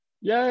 Yay